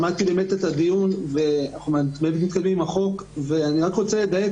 שמעתי את הדיון ואני רק רוצה לדייק.